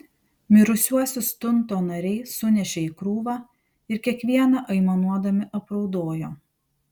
mirusiuosius tunto nariai sunešė į krūvą ir kiekvieną aimanuodami apraudojo